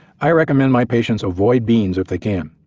i recommend my patients avoid beans if they can,